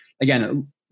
again